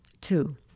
Two